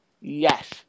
Yes